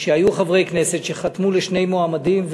שהיו חברי כנסת שחתמו לשני מועמדים,